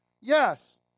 Yes